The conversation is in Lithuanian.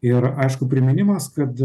ir aišku priminimas kad